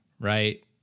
right